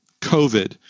COVID